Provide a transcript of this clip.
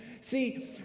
See